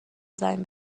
زنگ